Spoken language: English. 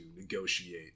negotiate